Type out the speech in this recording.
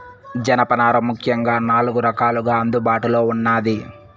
జనపనార ముఖ్యంగా నాలుగు రకాలుగా అందుబాటులో ఉన్నాది